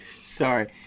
Sorry